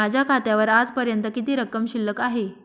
माझ्या खात्यावर आजपर्यंत किती रक्कम शिल्लक आहे?